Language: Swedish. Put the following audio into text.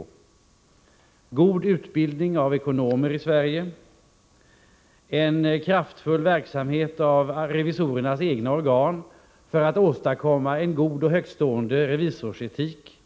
En god utbildning av ekonomer i Sverige och en kraftfull verksamhet av revisorernas egna organ för att åstadkomma en god och högtstående revisorsetik